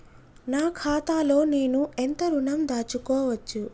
నా ఖాతాలో నేను ఎంత ఋణం దాచుకోవచ్చు?